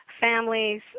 families